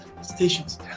stations